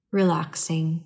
relaxing